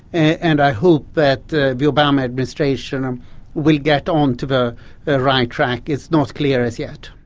and i hope that the the obama administration um will get onto the ah right track it's not clear as yet.